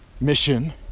mission